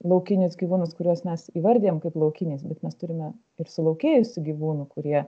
laukinius gyvūnus kuriuos mes įvardijam kaip laukinius bet mes turime ir sulaukėjusių gyvūnų kurie